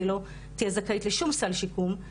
כי היא לא זכאית לשום סל שיקום,